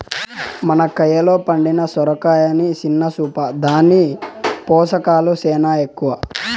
మన కయిలో పండిన సొరకాయని సిన్న సూపా, దాని పోసకాలు సేనా ఎక్కవ